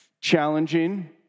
challenging